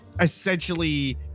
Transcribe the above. essentially